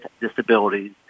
disabilities